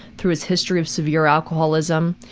through his history of severe alcoholism,